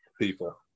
people